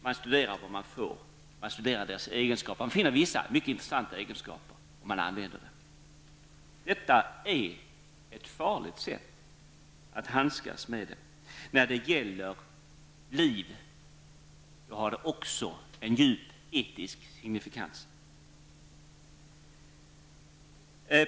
Man studerar egenskaperna hos den växt resp. det djur som man får fram och vissa, mycket intressanta, egenskaper kan man ha användning för. Detta är ett farligt sätt att handskas med denna teknik. Det har också en djupare etisk signifikans när det gäller liv.